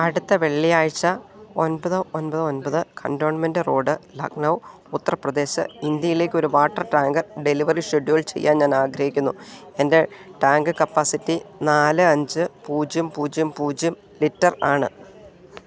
അടുത്ത വെള്ളിയാഴ്ച്ച ഒൻപത് ഒൻപത് ഒൻപത് cantonment road Lucknow Uttar Pradesh ഇന്ത്യേലേക്കൊര് water tank delivery schedule ചെയ്യാൻ ഞാനാഗ്രഹിക്കുന്നു എൻറ്റെ ടാങ്ക് കപ്പാസിറ്റി നാല് അഞ്ച് പൂജ്യം പൂജ്യം പൂജ്യം ലിറ്റർ ആണ്